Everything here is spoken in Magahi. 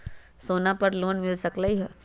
सोना से लोन मिल सकलई ह?